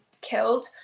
killed